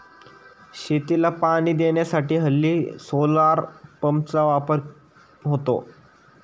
शेतीला पाणी देण्यासाठी हल्ली सोलार पंपचा वापर होतो